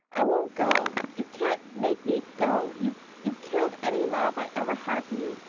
i won't go! you can't make me go! you've you've killed any love i ever had for you,